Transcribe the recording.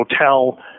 hotel